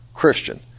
Christian